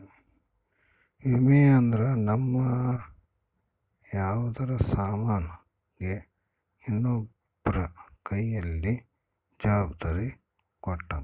ವಿಮೆ ಅಂದ್ರ ನಮ್ ಯಾವ್ದರ ಸಾಮನ್ ಗೆ ಇನ್ನೊಬ್ರ ಕೈಯಲ್ಲಿ ಜವಾಬ್ದಾರಿ ಕೊಟ್ಟಂಗ